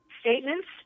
statements